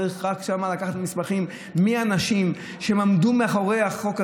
צריך רק לקחת מסמכים מאנשים שעמדו מאחורי החוק הזה,